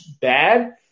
bad